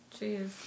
Jeez